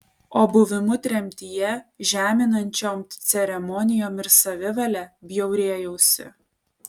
o buvimu tremtyje žeminančiom ceremonijom ir savivale bjaurėjausi